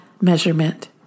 measurement